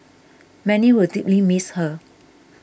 many will deeply miss her